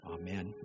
Amen